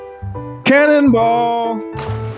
Cannonball